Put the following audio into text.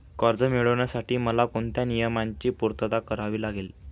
कर्ज मिळविण्यासाठी मला कोणत्या नियमांची पूर्तता करावी लागेल?